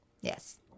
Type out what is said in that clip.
Yes